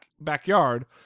backyard